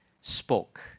spoke